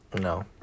No